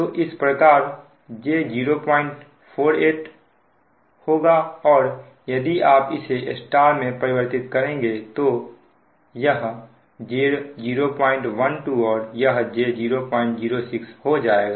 तो इस तरफ j048 होगा और यदि आप इसे Y में परिवर्तित करेंगे तो यह j012 और यह j006 हो जाएगा